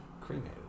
cremated